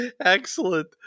Excellent